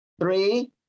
Three